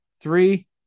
three